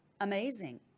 amazing